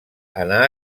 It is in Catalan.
anà